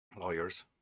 lawyers